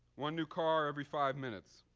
one new car every five minutes,